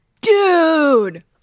dude